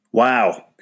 Wow